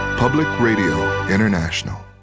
public radio international.